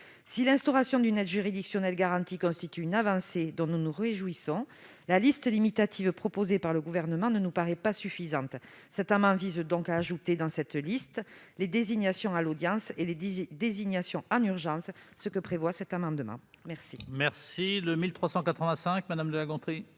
Si l'instauration d'une aide juridictionnelle garantie constitue une avancée dont nous nous réjouissons, la liste limitative proposée par le Gouvernement ne nous paraît pas suffisante. Cet amendement vise donc à y ajouter les désignations à l'audience et les désignations en urgence. L'amendement n°